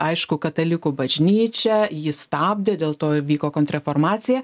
aišku katalikų bažnyčia jį stabdė dėl to vyko kontrreformacija